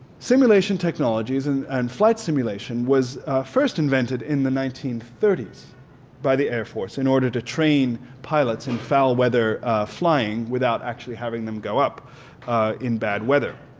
simulation technologies and and flight simulation was first invented in the nineteen thirty s by the air force in order to train pilots in foul weather flying without actually having them go up in bad weather.